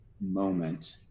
moment